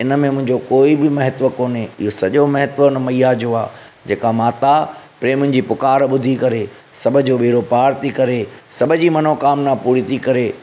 इन में मुंहिंजो कोई बि महत्व कोन्हे इहो सॼो महत्व उन मैया जो आहे जेका माता प्रेमुनि जी पुकारु ॿुधी करे सभु जो बेड़ो पारु थी करे सभु जी मनोकामना पूरी थी करे